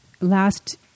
last